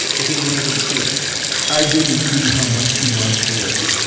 if he'd been able to see it i didn't see how much she wanted to live